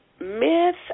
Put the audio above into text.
Myth